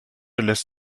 lässt